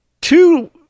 two